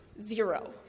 Zero